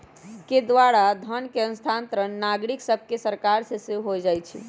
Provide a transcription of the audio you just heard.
के द्वारा धन के स्थानांतरण नागरिक सभसे सरकार के हो जाइ छइ